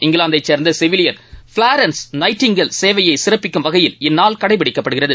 இங்கிலாந்தை சேர்ந்த செவிலியர் ஃப்ளாரன்ஸ் நைட்டிங்கேல் சேவையை சிறப்பிக்கும் வகையில் இந்நாள் கடைப்பிடிக்கப்படுகிறது